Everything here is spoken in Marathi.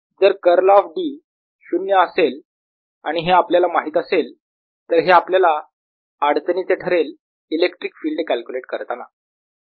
जर कर्ल ऑफ D शून्य असेल आणि हे आपल्याला माहीत असेल तर हे आपल्याला अडचणीचे ठरेल इलेक्ट्रिक फील्ड कॅल्क्युलेट करताना